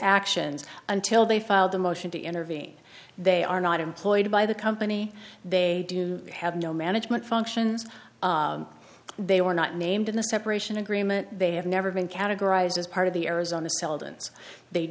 actions until they filed a motion to intervene they are not employed by the company they do have no management functions they were not named in the separation agreement they have never been categorized as part of the arizona sel